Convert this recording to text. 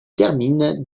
termine